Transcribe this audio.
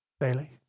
daily